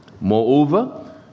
Moreover